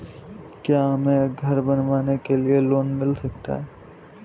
क्या हमें घर बनवाने के लिए लोन मिल सकता है?